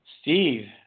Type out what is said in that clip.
Steve